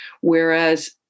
Whereas